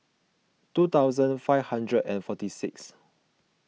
two thousand five hundred and forty six